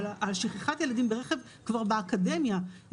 אבל שכחת ילדים ברכב כבר באקדמיה היא